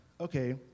okay